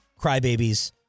crybabies